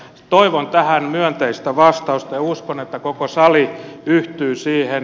toivon tähän myönteistä vastausta ja uskon että koko sali yhtyy siihen